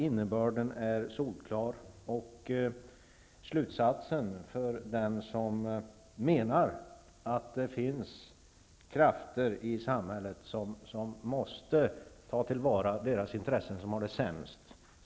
Innebörden är solklar, likaså slutsatsen för den som menar att det finns krafter i samhället som måste ta till vara deras intressen som har det sämst.